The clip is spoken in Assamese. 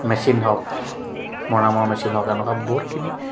মেচিন হওক মৰামৰ মেচিন হওক এনেকুৱা বহুতখিনি